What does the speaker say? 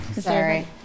Sorry